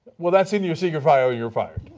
well that's in your secret file, you're fired.